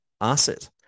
asset